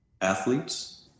Athletes